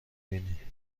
بینی